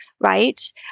right